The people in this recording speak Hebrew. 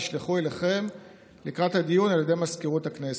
נשלחו אליכם לקראת הדיון על ידי מזכירות הכנסת.